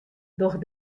doch